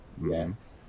Yes